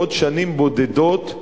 בעוד שנים בודדות,